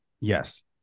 Yes